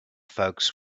folks